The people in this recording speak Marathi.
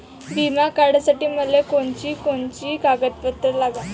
बिमा काढासाठी मले कोनची कोनची कागदपत्र लागन?